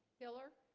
killer